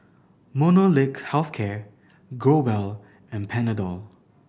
Molnylcke Health Care Growell and Panadol